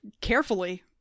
carefully